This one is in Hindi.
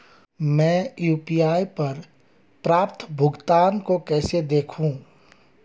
मैं यू.पी.आई पर प्राप्त भुगतान को कैसे देखूं?